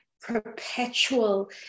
perpetual